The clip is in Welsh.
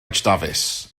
dafis